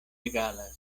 egalas